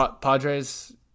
Padres